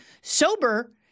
sober